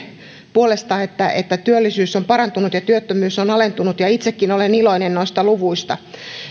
puolesta että että työllisyys on parantunut ja työttömyys on alentunut ja itsekin olen iloinen noista luvuista